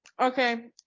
Okay